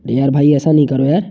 यार भाई ऐसा नहीं करो यार